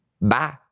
Bye